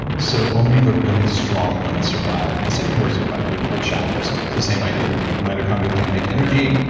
so, only the really strong ones survive, and the same things works in your body. your cold showers, it's the same idea that mitochondria can't make energy,